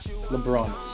LeBron